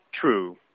true